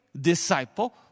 disciple